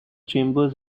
chambers